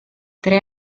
tre